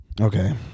Okay